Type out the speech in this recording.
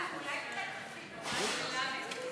אבל אני רוצה לכתוב מה שאתה אומר, לא מה שכתוב.